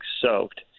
soaked